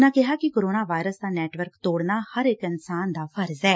ਉਨ੍ਹਾਂ ਕਿਹਾ ਕਿ ਕੋਰੋਨਾ ਵਾਇਰਸ ਦਾ ਨੈੱਟਵਰਕ ਤੋਤਣਾ ਹਰ ਇੱਕ ਇਨਸਾਨ ਦਾ ਫਰਜ਼ ਐ